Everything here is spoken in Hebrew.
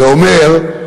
ואומר: